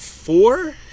Four